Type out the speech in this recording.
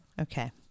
Okay